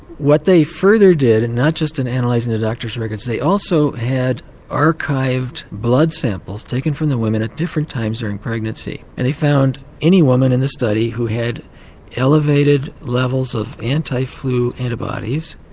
what they further did, and not just in analysing and the doctors' records, they also had archived blood samples taken from the women at different times during pregnancy, and they found any woman in the study who had elevated levels of anti-flu antibodies,